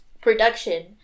production